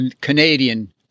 Canadian